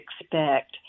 expect